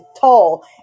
tall